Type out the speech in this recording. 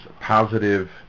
positive